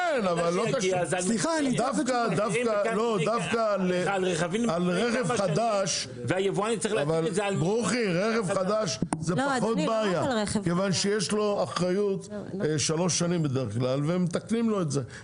אני מציע שתשב איתם על העניין הזה ותראה איך אנחנו מתקנים את הדברים.